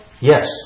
Yes